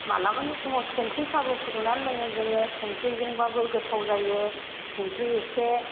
मालाबानि समाव संख्रि साहाबो फुदुंनानै लोङो जोङो संख्रिजोंबाबो गोथाव जायो संख्रि एसे